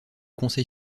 conseil